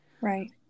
Right